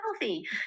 healthy